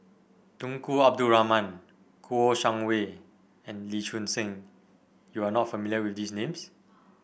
Tunku Abdul Rahman Kouo Shang Wei and Lee Choon Seng you are not familiar with these names